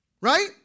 Right